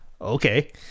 okay